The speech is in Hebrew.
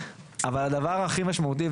אבל הדבר המשמעותי,